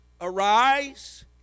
arise